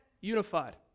unified